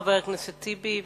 חבר הכנסת טיבי,